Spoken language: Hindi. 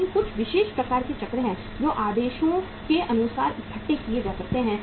लेकिन कुछ विशेष प्रकार के चक्र हैं जो आदेशों के अनुसार इकट्ठे किए जा सकते हैं